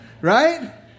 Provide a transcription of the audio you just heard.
right